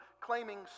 claiming